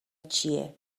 چیه